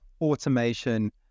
automation